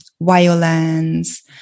violence